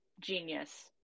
Genius